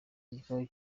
igikorwa